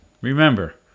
Remember